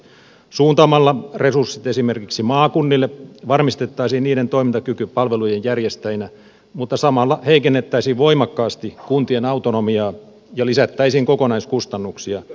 suuntaamalla resurssit esimerkiksi maakunnille varmistettaisiin niiden toimintakyky palvelujen järjestäjinä mutta samalla heikennettäisiin voimakkaasti kuntien autonomiaa ja lisättäisiin kokonaiskustannuksia